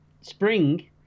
Spring